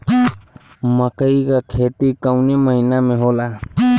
मकई क खेती कवने महीना में होला?